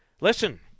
Listen